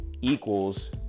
equals